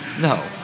No